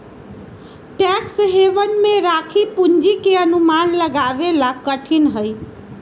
tax haven में राखी पूंजी के अनुमान लगावे ला कठिन हई